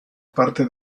parte